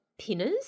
pinners